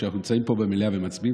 כשאנחנו נמצאים פה במליאה ומצביעים,